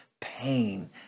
pain